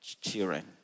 children